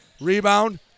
Rebound